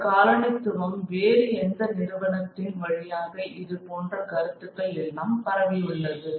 இந்தக் காலனிக்குள் வேறு எந்த நிறுவனத்தின் வழியாக இது போன்ற கருத்துக்கள் எல்லாம் பரவியுள்ளது